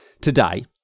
today